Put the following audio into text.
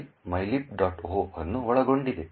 o ಅನ್ನು ಒಳಗೊಂಡಿದೆ